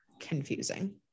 confusing